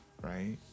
right